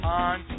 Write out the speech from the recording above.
on